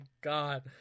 god